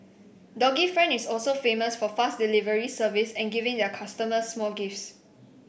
doggy friend is also famous for fast delivery service and giving their customers small gifts